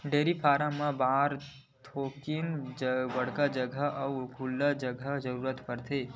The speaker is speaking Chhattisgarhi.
डेयरी फारम बर थोकिन बड़का जघा अउ खुल्ला जघा के जरूरत परथे